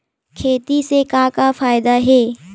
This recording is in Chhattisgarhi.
खेती से का का फ़ायदा हे?